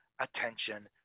attention